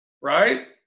right